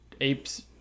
apes